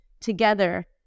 together